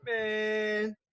Man